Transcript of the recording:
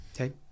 Okay